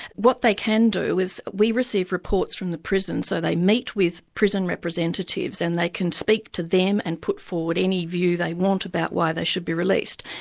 what they can do is, we receive reports from the prison so they meet with prison representatives and they can speak to them and put forward any view they want about why they should be released.